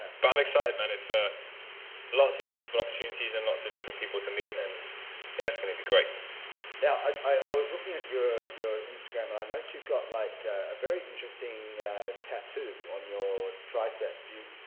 but i'm excited man. it's a lots of beautiful opportunities and lots of different people to meet and yeah it's gonna be great now. i was looking at your your instagram and i and know you've got like a very interesting tattoo on your tricep view